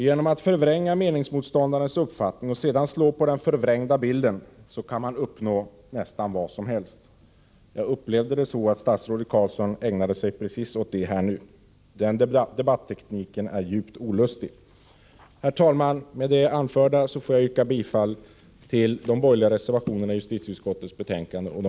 Genom att förvränga meningsmotståndarnas uppfattning och sedan slå på den förvrängda bilden kan man uppnå nästan vad som helst. Jag upplevde att statsrådet Carlsson ägnade sig åt precis det. Den debattekniken är djupt olustig. Herr talman! Med det anförda får jag yrka bifall till de moderata och de borgerliga reservationerna till justitieutskottets betänkande.